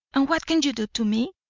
and what can you do to me?